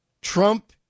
Trump